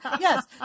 yes